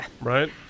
Right